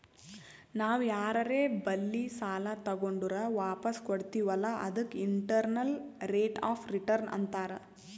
ನಾವ್ ಯಾರರೆ ಬಲ್ಲಿ ಸಾಲಾ ತಗೊಂಡುರ್ ವಾಪಸ್ ಕೊಡ್ತಿವ್ ಅಲ್ಲಾ ಅದಕ್ಕ ಇಂಟರ್ನಲ್ ರೇಟ್ ಆಫ್ ರಿಟರ್ನ್ ಅಂತಾರ್